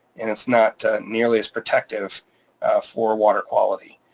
and it's not nearly as protective for water quality.